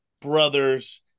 brothers